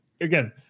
Again